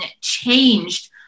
changed